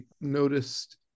noticed